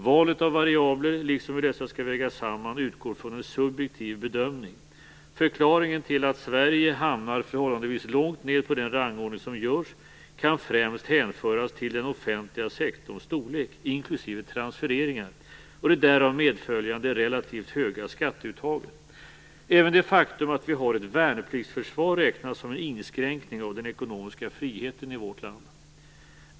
Valet av variabler, liksom hur dessa skall vägas samman, utgår från en subjektiv bedömning. Förklaringen till att Sverige hamnar förhållandevis långt ned på den rangordning som görs kan främst hänföras till den offentliga sektorns storlek, inklusive transfereringar, och det därav medföljande relativt höga skatteuttaget. Även det faktum att vi har ett värnpliktsförsvar räknas som en inskränkning av den ekonomiska friheten i vårt land.